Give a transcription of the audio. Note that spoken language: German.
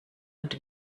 und